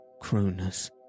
Cronus